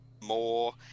more